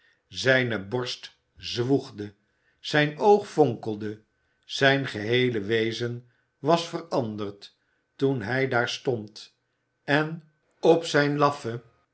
zijne borst zwoegde zijn oog fonkelde zijn geheele wezen was veranderd toen hij daar stond en op zijn iaffen